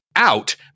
Out